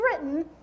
written